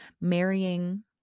marrying